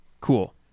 Cool